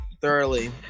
thoroughly